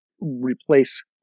replace